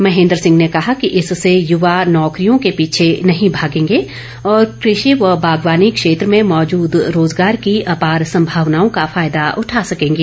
महेंद्र सिंह ने कहा कि इससे युवा नौकरियों के पीछे नहीं भागेंगे और कृषि व बागवानी क्षेत्र में मौजूद रोजगार की आपार संभावनाओं का फायदा उठा सकेंगे